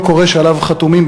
קול קורא שעליו חתומים,